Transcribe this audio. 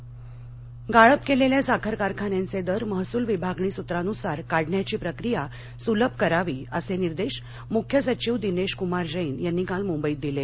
साखर गाळप केलेल्या साखर कारखान्यांचे दर महसूल विभागणी सूत्रानुसार काढण्याची प्रक्रिया सूलभ करावी असे निर्देश मुख्य सचिव दिनेश कुमार जेन यांनी काल मुंबईत दिले